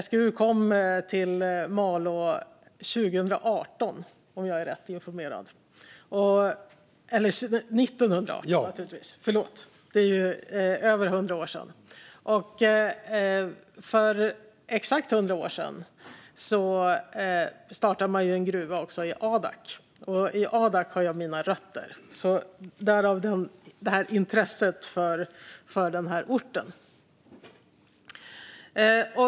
SGU kom till Malå 1918, om jag är rätt informerad. Det är över 100 år sedan. För exakt 100 år sedan startade man en gruva i Adak. Och i Adak har jag mina rötter - därav intresset för den här orten.